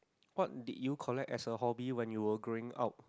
what did you collect as a hobby when you were growing up